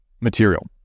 material